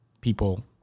people